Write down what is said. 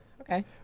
okay